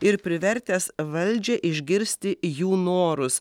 ir privertęs valdžią išgirsti jų norus